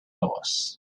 boss